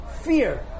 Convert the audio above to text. Fear